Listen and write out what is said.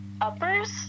uppers